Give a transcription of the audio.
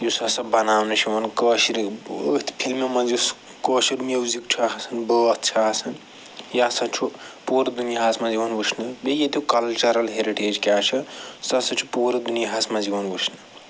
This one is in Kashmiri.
ہُس ہَسا بناونہٕ چھُ یِوان کٲشرِأتھۍ فِلمہِ منٛز یُس کٲشُر میوٗزِک چھُ آسان بٲتھ چھِ آسان یہِ سا چھُ پورٕ دُنیاہس منٛز یِوان وٕچھنہٕ بیٚیہِ ییٚتیُک کلچرل ہیٚرِٹیج کیٛاہ چھُ سُہ سا چھُ پورٕ دُنیاہس منٛز یِوان وٕچھنہٕ